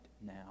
now